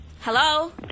Hello